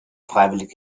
freiwillig